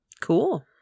Cool